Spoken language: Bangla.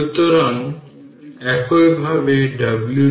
সুতরাং 10 মাইক্রো থেকে পাওয়ার 6 বাতিল করুন